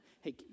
hey